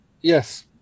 yes